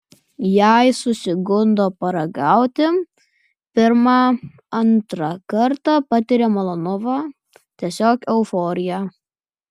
jei susigundo paragauti pirmą antrą kartą patiria malonumą tiesiog euforiją